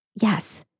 Yes